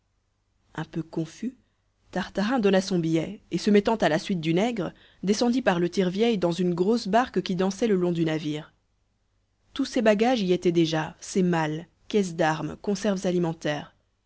un peu confus tartarin donna son billet et se mettant à la suite du nègre descendit par le tire vieille dans une grosse barque qui dansait le long du navire tous ses bagages y étaient déjà ses malles caisses d'armes conserves alimentaires